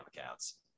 accounts